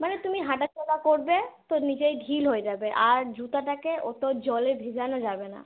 মানে তুমি হাঁটা চলা করবে তো নিজেই ঢিল হয়ে যাবে আর জুতাটাকে অত জলে ভেজানো যাবে না